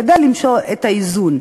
כדי למצוא את האיזון.